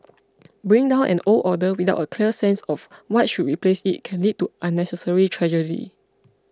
bringing down an old order without a clear sense of what should replace it can lead to unnecessary tragedy